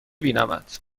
بینمت